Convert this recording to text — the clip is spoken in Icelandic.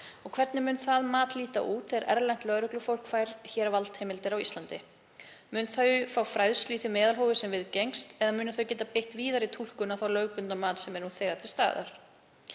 Hvernig mun það mat líta út þegar erlent lögreglufólk fær valdheimildir hér á Íslandi? Munu þau fá fræðslu í því meðalhófi sem viðgengst eða munu þau geta beitt víðari túlkun á það lögbundna mat sem er nú þegar til staðar?